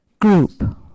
group